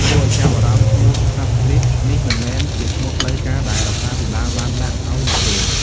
គួរឲ្យចាប់អារម្មណ៍ ឈ្មោះ "ផាប់ ស្ទ្រីត" នេះមិនមែនជាឈ្មោះផ្លូវការដែលរដ្ឋាភិបាលដាក់ឲ្យនោះទេ។